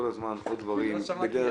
סלולרית קטנטנה בכל קומה על מנת שהטלפון שלי